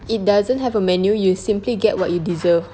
it doesn't have a menu you'll simply get what you deserve